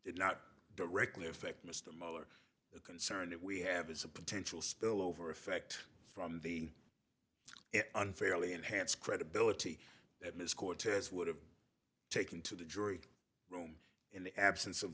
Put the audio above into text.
did not directly affect mr muller the concern that we have is a potential spillover effect from the unfairly enhanced credibility that ms cortez would have taken to the jury room in the absence of